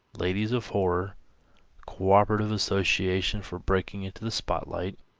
ladies of horror cooperative association for breaking into the spotlight